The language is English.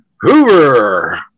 Hoover